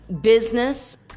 business